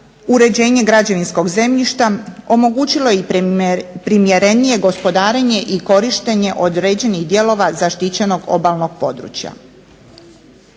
uređenje građevinskog zemljišta, omogućilo i primjerenije gospodarenje i korištenje određenih dijelova zaštićenog obalnog područja.